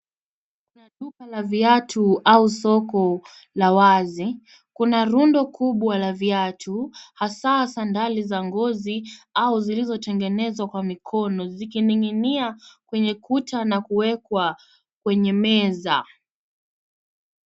Kwenye duka la viatu au soko la wazi kuna rundo kubwa la viatu hasa sandali za ngozi au zilizotengezwa kwa mikono zikining'inia kwenye kuta na kuwekwa kwenye meza.